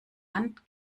hand